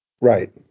Right